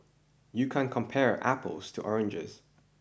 you can't compare apples to oranges